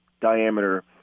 diameter